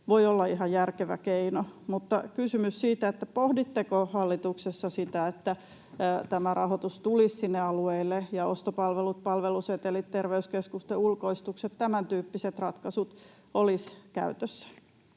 voi olla ihan järkevä keino. Mutta kysymys oli: pohditteko hallituksessa sitä, että tämä rahoitus tulisi sinne alueille ja ostopalvelut, palvelusetelit, terveyskeskusten ulkoistukset, tämäntyyppiset ratkaisut, olisivat käytössä?